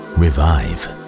revive